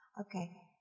Okay